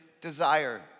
desire